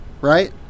right